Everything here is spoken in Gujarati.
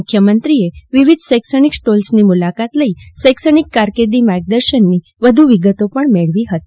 મુખ્યમંત્રીએ વિવિધ શૈક્ષણિક સ્ટોલ્સની મુલાકાત લઈ શિક્ષણ કારકિર્દી માર્ગદર્શન ની વધુ વિગતો પણ મેળવી હતી